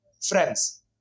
friends